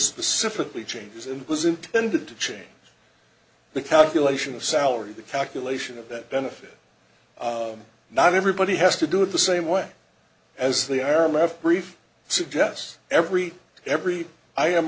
specifically changes and was intended to change the calculation of salary the calculation of that benefit not everybody has to do the same way as they are left grief suggests every every i am